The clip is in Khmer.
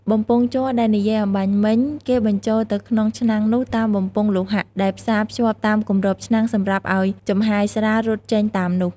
បំពង់ជ័រដែលនិយាយអម្បាញ់មិញ គេបញ្ចូលទៅក្នុងឆ្នាំងនោះតាមបំពង់លោហៈដែលផ្សាភ្ជាប់តាមគម្របឆ្នាំងសម្រាប់ឲ្យចំហាយស្រារត់ចេញតាមនោះ។